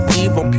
evil